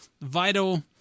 vital